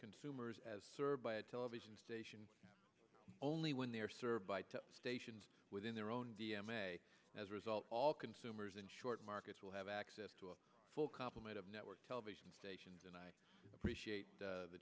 consumers as served by a television station only when they are served by stations within their own d m a as a result all consumers in short markets will have access to a full complement of network television stations and i appreciate the